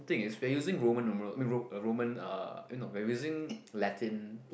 thing we're using Roman numeral no ro~ Roman uh eh no we're using Latin